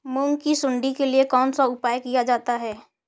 मूंग की सुंडी के लिए कौन सा उपाय किया जा सकता है?